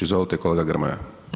Izvolite kolega Grmoja.